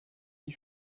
die